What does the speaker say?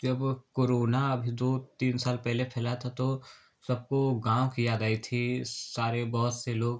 जब कोरोना अभी दो तीन साल पहले फैला था तो सबको गाँव की याद आई थी सारे बहुत से लोग